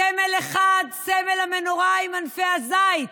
סמל אחד, סמל המנורה עם ענפי, הזית,